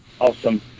Awesome